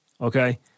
okay